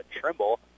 Trimble